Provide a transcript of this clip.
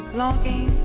longing